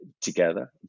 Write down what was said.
together